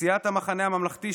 סיעת המחנה הממלכתי,